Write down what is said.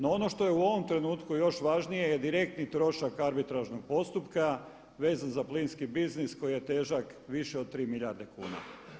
No ono što je u ovom trenutku još važnije je direktni trošak arbitražnog postupka vezan za plinski biznis koji je težak više od 3 milijarde kuna.